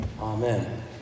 Amen